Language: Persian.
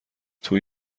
توی